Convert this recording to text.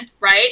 right